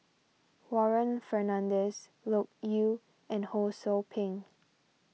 Warren Fernandez Loke Yew and Ho Sou Ping